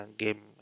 game